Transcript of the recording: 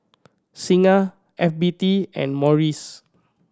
Singha F B T and Morries